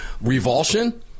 revulsion